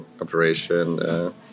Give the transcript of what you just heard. operation